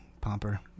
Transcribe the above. Pomper